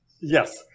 Yes